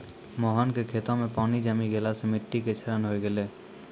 मोहन के खेतो मॅ पानी जमी गेला सॅ मिट्टी के क्षरण होय गेलै